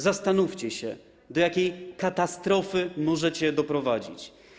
Zastanówcie się, do jakiej katastrofy możecie doprowadzić.